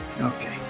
Okay